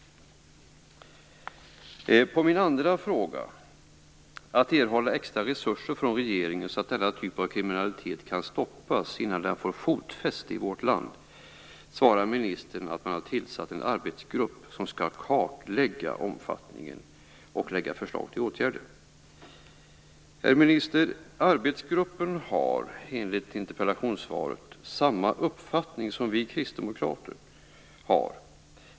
På min andra fråga, om extra resurser från regeringen så att denna typ av kriminalitet kan stoppas innan den får fotfäste i vårt land, svarade ministern att man har tillsatt en arbetsgrupp som skall kartlägga omfattningen och lägga fram förslag till åtgärder. Herr minister! Arbetsgruppen har, enligt interpellationssvaret, samma uppfattning som vi Kristdemokrater.